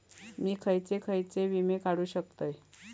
मी खयचे खयचे विमे काढू शकतय?